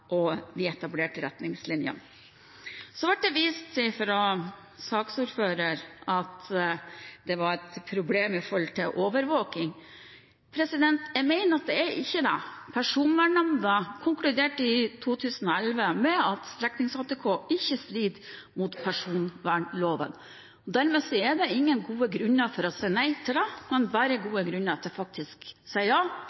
anbefalinger og etablerte retningslinjer. Det ble fra saksordføreren vist til at det var et problem når det gjaldt overvåking. Jeg mener at det ikke er det. Personvernnemnda konkluderte i 2011 med at streknings-ATK ikke er i strid med personvernloven. Dermed er det ingen gode grunner for å si nei til det, men